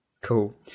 Cool